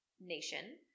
nation